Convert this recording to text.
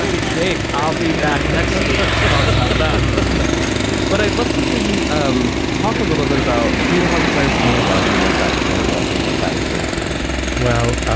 he takes i'll be back next week to talk about him um but i'd love to hear you um talk a little bit about who harvey firestein was and what that play was and what that experience meant well,